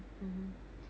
mmhmm